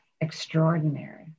extraordinary